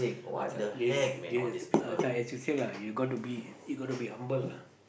I thought this this uh it's like as you say lah you got to be you got to be humble lah